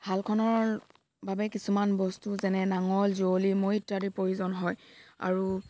হালখনৰ বাবে কিছুমান বস্তু যেনে নাঙল যুঁৱলি মৈ ইত্যাদি প্ৰয়োজন হয় আৰু